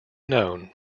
known